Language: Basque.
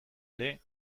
ere